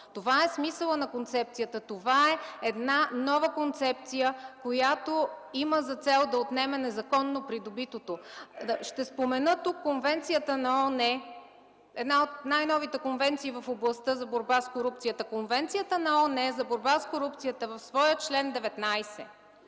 Това е смисълът на концепцията. Това е една нова концепция, която има за цел да отнеме незаконно придобитото. Ще спомена тук Конвенцията на ООН – една от най-новите конвенции в областта на борба с корупцията – Конвенцията на ООН за борба с корупцията в своя чл. 19